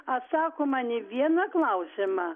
atsako man į vieną klausimą